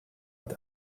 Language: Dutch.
het